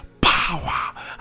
power